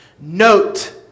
Note